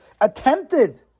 attempted